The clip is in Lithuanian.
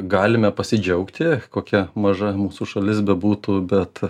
galime pasidžiaugti kokia maža mūsų šalis bebūtų bet